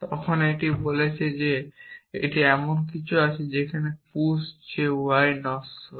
তখন এটি বলছে যে এমন কিছু y আছে যে পুস যে y নশ্বর